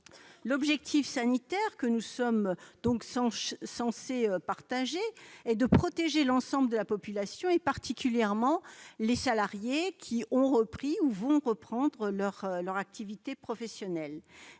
L'objectif sanitaire, que nous sommes censés partager, est la protection de l'ensemble de la population, en particulier des salariés qui ont repris ou vont reprendre leur activité professionnelle.